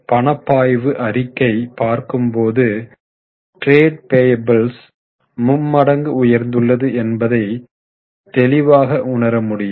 பணப்பாய்வு அறிக்கை பார்க்கும் போது டிரெடு பேயபுள்ஸ் மும்மடங்கு உயர்ந்துள்ளது என்பதை தெளிவாக உணர முடியும்